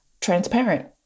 transparent